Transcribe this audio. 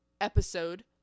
episode